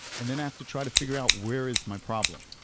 and then i have to try to figure out where is my problem